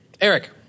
Eric